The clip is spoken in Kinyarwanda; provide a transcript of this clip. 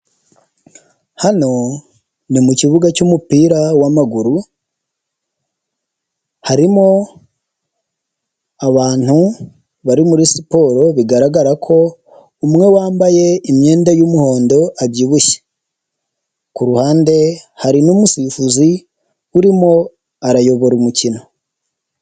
Hano ni mu kibuga cy'umupira w'amaguru harimo abantu bari muri siporo bigaragara ko umwe wambaye imyenda y'umuhondo abyibushye, ku ruhande hari n'umusifuzi urimo arayobora umukino.